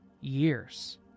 years